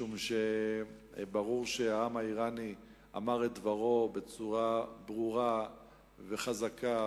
משום שברור שהעם האירני אמר את דברו בצורה ברורה וחזקה,